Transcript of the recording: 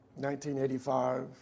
1985